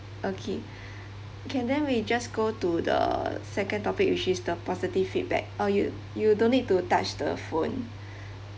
okay can then we just go to the second topic which is the positive feedback uh you you don't need to touch the phone